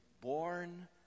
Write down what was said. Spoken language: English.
born